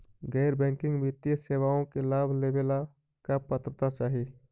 गैर बैंकिंग वित्तीय सेवाओं के लाभ लेवेला का पात्रता चाही?